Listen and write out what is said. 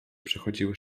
przechodziły